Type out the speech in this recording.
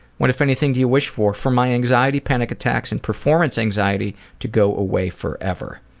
what, if anything do you wish for? for my anxiety, panic attacks and performance anxiety to go away forever.